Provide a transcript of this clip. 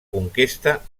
conquesta